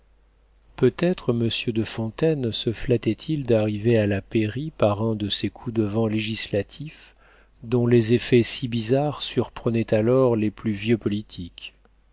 peut-être monsieur de fontaine se flattait il d'arriver à la pairie par un de ces coups de vent législatifs dont les effets si bizarres surprenaient alors les plus vieux politiques